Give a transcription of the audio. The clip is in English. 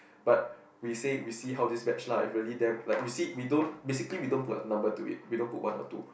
but we say we see how this batch lah if really damn like we see we don't basically we don't put a number to it we don't put one or two